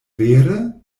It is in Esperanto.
vere